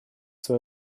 свое